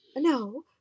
No